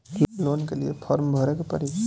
Loan के लिए form भरे के पड़ी?